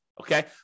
Okay